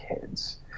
kids